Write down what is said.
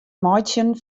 meitsjen